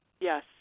Yes